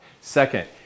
Second